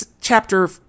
chapter